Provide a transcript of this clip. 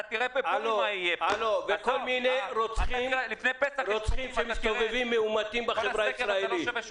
יש כל מיני רוצחים שמסתובבים מאומתים בחברה הישראלית.